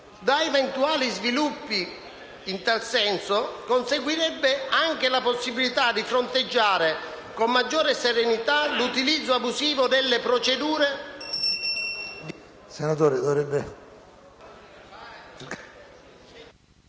Da eventuali sviluppi in tal senso, conseguirebbe anche la possibilità di fronteggiare con maggiore severità l'utilizzo abusivo delle procedure